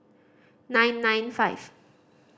nine nine five